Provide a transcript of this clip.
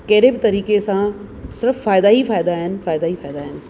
कहिड़े बि तरीक़े सां सिर्फ़ फ़ाइदा ई फ़ाइदा आहिनि फ़ाइदा ई फ़ाइदा आहिनि